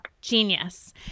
Genius